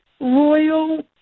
royal